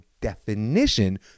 definition